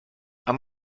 amb